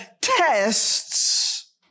tests